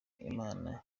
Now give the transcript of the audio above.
imana